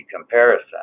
comparison